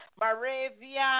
Moravian